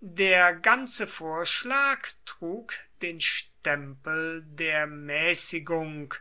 der ganze vorschlag trug den stempel der mäßigung